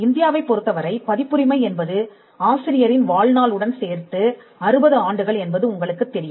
இந்தியாவைப் பொறுத்தவரை பதிப்புரிமை என்பது ஆசிரியரின் வாழ்நாள் உடன் சேர்த்து 60 ஆண்டுகள் என்பது உங்களுக்கு தெரியும்